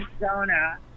Arizona